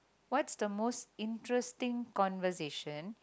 what's the most interesting conversation